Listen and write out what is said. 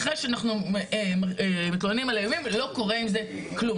אחרי שאנחנו מתלוננים על איומים לא קורה עם זה כלום.